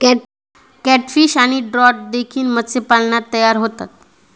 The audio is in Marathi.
कॅटफिश आणि ट्रॉट देखील मत्स्यपालनात तयार होतात